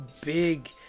big